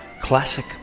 Classic